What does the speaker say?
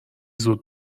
زود